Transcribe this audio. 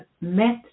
met